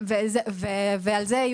ואת זה עוד לא תיקנו.